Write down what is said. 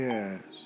Yes